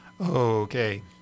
Okay